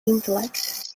intellect